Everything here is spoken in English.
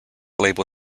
label